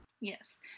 Yes